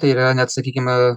tai yra net sakykime